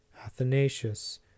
Athanasius